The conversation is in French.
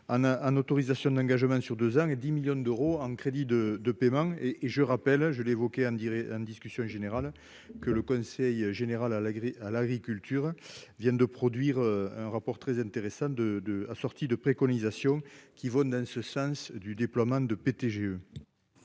un autorisations d'engagement sur 2 ans et 10 millions d'euros en crédits de de paiement et et je rappelle, je l'évoquais à me direz hein discussion générale que le Conseil général à la grippe à l'agriculture vient de produire un rapport très intéressant de de assorti de préconisations qui vont dans ce sens du déploiement de péter